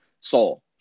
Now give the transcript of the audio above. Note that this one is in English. Soul